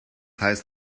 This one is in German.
heißt